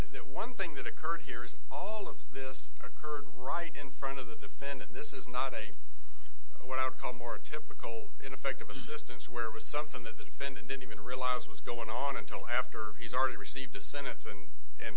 that one thing that occurred here is all of this occurred right in front of the defendant this is not a what outcome or typical ineffective assistance where it was something that the defendant didn't even realize was going on until after he's already received descendants and and